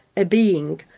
a being.